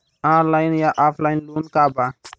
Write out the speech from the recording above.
Online या offline loan का बा?